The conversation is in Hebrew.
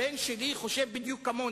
הבן שלי חושב בדיוק כמוני: